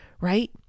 Right